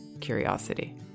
curiosity